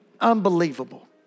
Unbelievable